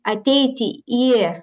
ateiti į